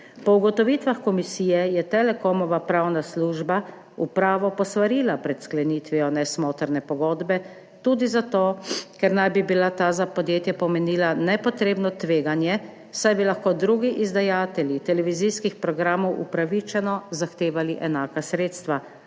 Po ugotovitvah komisije je Telekomova pravna služba upravo posvarila pred sklenitvijo nesmotrne pogodbe, tudi zato, ker naj bi ta za podjetje pomenila nepotrebno tveganje, saj bi lahko drugi izdajatelji televizijskih programov upravičeno zahtevali enaka sredstva.